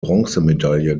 bronzemedaille